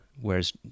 Whereas